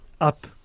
up